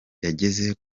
yageze